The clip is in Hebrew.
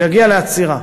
הוא יגיע לעצירה.